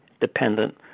dependent